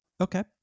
Okay